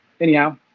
anyhow